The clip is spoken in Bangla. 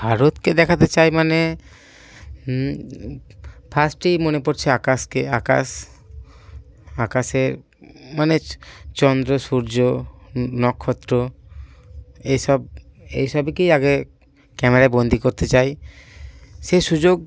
ভারতকে দেখাতে চাই মানে ফার্স্টেই মনে পড়ছে আকাশকে আকাশ আকাশের মানে চন্দ্র সূর্য নক্ষত্র এইসব এইসবকেই আগে ক্যামেরায় বন্দি করতে চাই সেই সুযোগ